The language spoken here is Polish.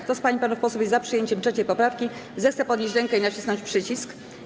Kto z pań i panów posłów jest za przyjęciem 3. poprawki, zechce podnieść rękę i nacisnąć przycisk.